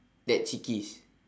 that cheekies